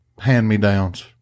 hand-me-downs